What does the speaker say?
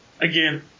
Again